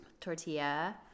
tortilla